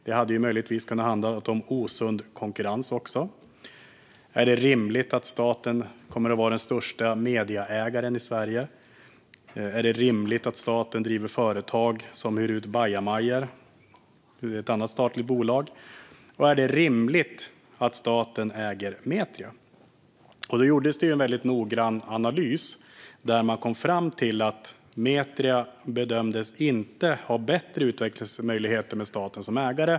Det hade möjligtvis kunnat handla om osund konkurrens också. Är det rimligt att staten kommer att vara den största medieägaren i Sverige? Är det rimligt att staten driver företag som hyr ut bajamajor, vilket ett statligt bolag gör? Är det rimligt att staten äger Metria? En väldigt noggrann analys gjordes i vilken man kom fram till att Metria inte bedömdes ha bättre utvecklingsmöjligheter med staten som ägare.